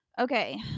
Okay